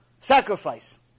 sacrifice